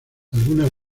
algunas